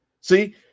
See